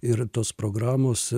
ir tos programos